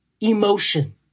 emotion